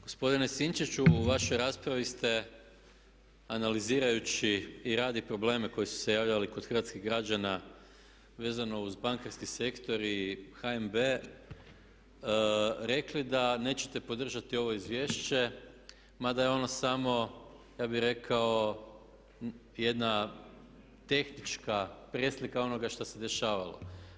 Gospodine Sinčiću u vašoj raspravi ste analizirajući i rad i probleme koji su se javljali kod hrvatskih građana vezano uz bankarski sektor i HNB rekli da nećete podržati ovo izvješće mada je ono samo ja bih rekao jedna tehnička preslika onoga što se dešavalo.